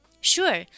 Sure